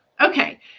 okay